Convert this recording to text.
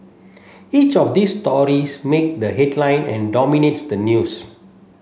each of these stories make the headline and dominates the news